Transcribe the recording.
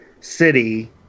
city